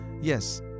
Yes